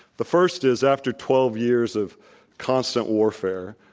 the first is, after twelve years of constant warfare,